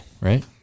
right